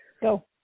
Go